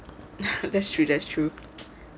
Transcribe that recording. that's true that'a true